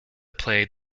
played